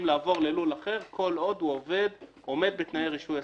לעבור ללול אחר כל עוד הוא עומד בתנאי רישוי עסקים.